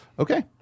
Okay